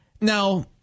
now